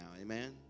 amen